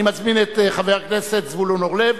אני מזמין את חבר הכנסת זבולון אורלב,